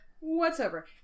Whatsoever